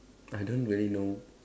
I don't really know